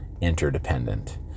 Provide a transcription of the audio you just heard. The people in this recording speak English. interdependent